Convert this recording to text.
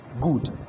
good